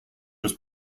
was